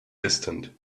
distant